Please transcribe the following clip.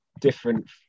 different